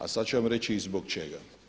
A sad ću vam reći i zbog čega.